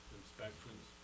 inspections